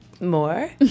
more